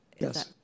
Yes